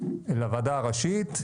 לוועדה הראשית,